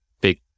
big